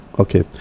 Okay